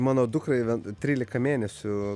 mano dukrai vie trylika mėnesių